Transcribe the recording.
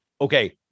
okay